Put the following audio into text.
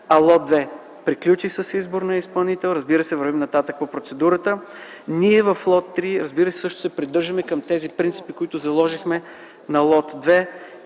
а лот 2 приключи с избор на изпълнител. Разбира се, вървим нататък по процедурата. В лот 3 ние също се придържаме към тези принципи, които заложихме за лот 2